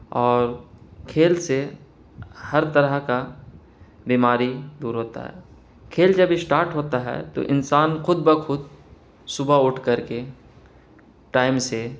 اور کھیل سے ہر طرح کا بیماری دور ہوتا ہے کھیل جب اشٹارٹ ہوتا ہے تو انسان خود بخود صبح اٹھ کر کے ٹائم سے